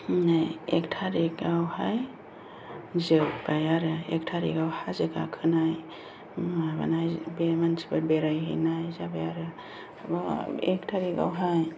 एक तारिगावहाय जोब्बाय आरो एक तारिगाव हाजो गाखोनाय माबानाय बे मानसिफोर बेरायहैनाय जाबाय आरो एक तारिगावहाय